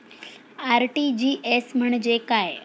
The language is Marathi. आर.टी.जी.एस म्हणजे काय?